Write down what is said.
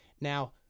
Now